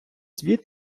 світ